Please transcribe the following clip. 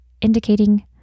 indicating